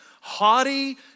haughty